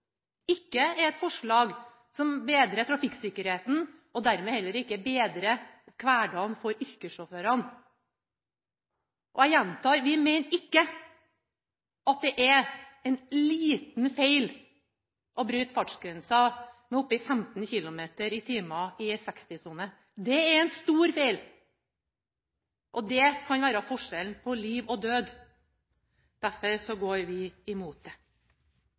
ikke er forslag som bedrer trafikksikkerheten, og dermed heller ikke bedrer hverdagen for yrkessjåførene. Og jeg gjentar: Vi mener ikke at det er en liten feil å bryte fartsgrensa med oppi 15 km/t i en 60-sone. Det er en stor feil, og det kan være forskjellen på liv og død. Derfor går vi imot det.